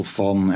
van